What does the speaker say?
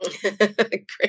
Great